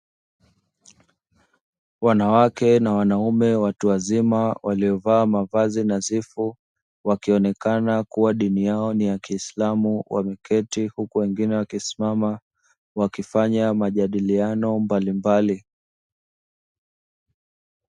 Wanawake na wanaume watu wazima, waliovaa mavazi nadhifu, wakionekana kuwa dini yao ni ya kiislamu, wameketi huku wengine wakisimama wakifanya majadiliano mbalimbali.